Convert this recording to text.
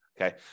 Okay